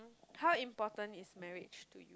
how important is marriage to you